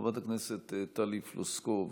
חברת הכנסת טלי פלוסקוב,